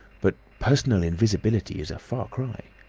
but personal invisibility is a far cry.